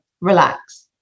relax